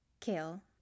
kale